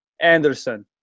Anderson